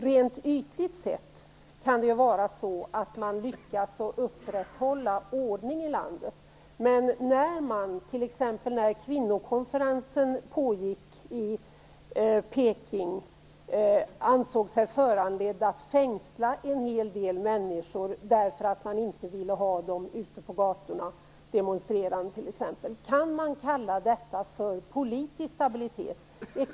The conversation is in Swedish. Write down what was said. Rent ytligt sett kan det ju vara så att man lyckas upprätthålla ordning i landet, men t.ex. när kvinnokonferensen pågick i Peking ansåg man sig föranledd att fängsla en hel del människor därför att man inte ville ha dem ute på gatorna, eventuellt demonstrerande. Kan detta kallas för politisk stabilitet?